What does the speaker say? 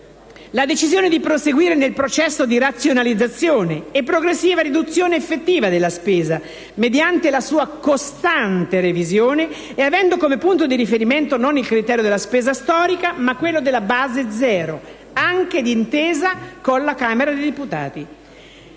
la decisione di proseguire nel processo di razionalizzazione e progressiva riduzione effettiva della spesa, mediante la sua costante revisione e avendo come punto di riferimento non il criterio della spesa storica, ma quello della base zero, anche d'intesa con la Camera dei deputati.